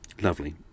lovely